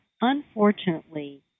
unfortunately